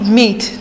meat